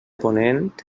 ponent